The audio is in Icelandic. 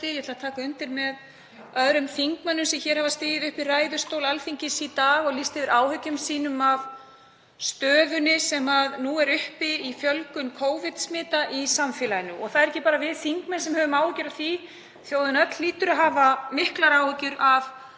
Ég ætla að taka undir með öðrum þingmönnum sem hér hafa stigið upp í ræðustól Alþingis í dag og lýsti yfir áhyggjum sínum af stöðunni sem nú er uppi í fjölgun Covid-smita í samfélaginu. Það eru ekki bara við þingmenn sem höfum áhyggjur af því. Þjóðin öll hlýtur að hafa miklar áhyggjur af